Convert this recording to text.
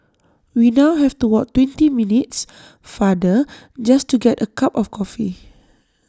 we now have to walk twenty minutes farther just to get A cup of coffee